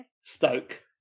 Stoke